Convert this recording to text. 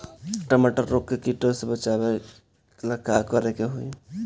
टमाटर को रोग कीटो से बचावेला का करेके होई?